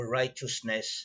righteousness